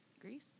Greece